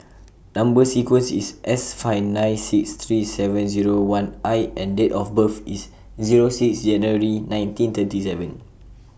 Number sequence IS S five nine six three seven Zero one I and Date of birth IS Zero six January nineteen thirty seven